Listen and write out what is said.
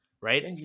right